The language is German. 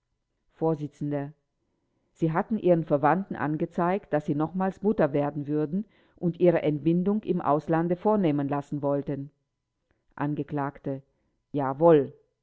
vors sie hatten ihren verwandten angezeigt daß sie nochmals mutter werden würden und ihre entbindung im auslande vornehmen lassen wollten angekl jawohl